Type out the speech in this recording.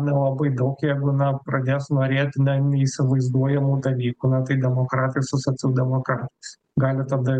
nelabai daug jeigu na pradės norėt neįsivaizduojamų dalykų na tai demokratai su socialdemokratais gali tada